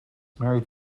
married